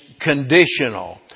conditional